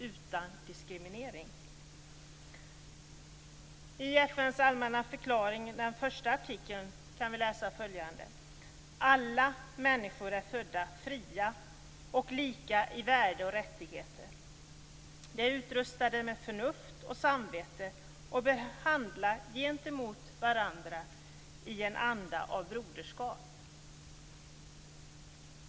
I första artikeln av FN:s allmänna förklaring kan man läsa följande: Alla människor är födda fria och lika i värde och rättigheter. De är utrustade med förnuft och samvete och bör handla gentemot varandra i en anda av broderskap.